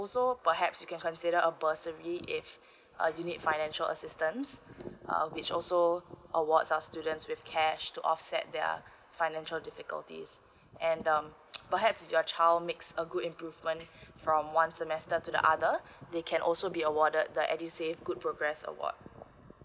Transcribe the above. so perhaps you can consider a bursary if uh you need financial assistance uh which also awards are students with cash to offset their financial difficulties and um perhaps your child makes a good improvement from one semester to the other they can also be awarded the edusave good progress award